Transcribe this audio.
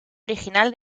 original